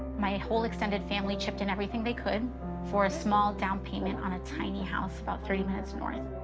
my whole extended family chipped in everything they could for a small down payment on a tiny house about thirty minutes north,